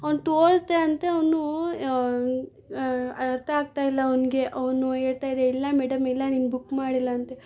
ಅವ್ನು ತೋರಿಸ್ದೆ ಅಂತ ಅವನು ಅರ್ಥ ಆಗ್ತಾ ಇಲ್ಲ ಅವ್ನಿಗೆ ಅವನು ಹೇಳ್ತಾ ಇದೆ ಇಲ್ಲ ಮೇಡಮ್ ಇಲ್ಲ ನೀವು ಬುಕ್ ಮಾಡಿಲ್ಲ ಅಂತ